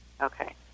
Okay